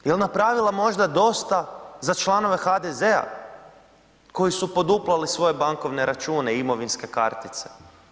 Jel napravila možda dosta za članove HDZ-a koji su poduplali svoje bankovne račune i imovinske kartice?